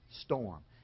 storm